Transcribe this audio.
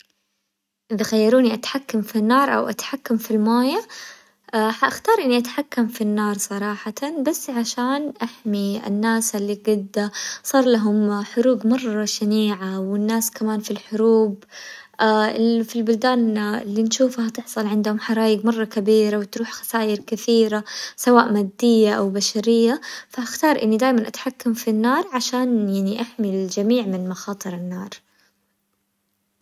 اذا خيروني اتحكم في النار او اتحكم في الموية حاختار اني اتحكم في النار صراحة، بس عشان احمي الناس اللي قد صار لهم حروق مرة شنيعة، والناس كمان في الحروب في البلدان اللي نشوفها تحصل عندهم حرايق مرة كبيرة وتروح خساير كثيرة سواء مادية او بشرية، فهختار اني دايما اتحكم في النار عشان يعني احمي الجميع من مخاطر النار.